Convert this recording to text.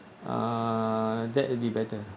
uh that would be better